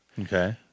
Okay